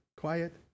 quiet